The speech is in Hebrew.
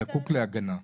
זקוק להגנה.